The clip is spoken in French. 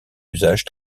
usage